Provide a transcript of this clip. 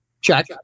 Check